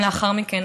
גם לאחר מכן,